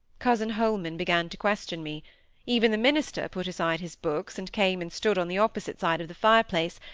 cousin holman began to question me even the minister put aside his books, and came and stood on the opposite side of the fire-place,